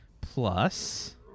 Plus